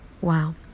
Wow